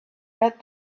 read